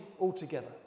altogether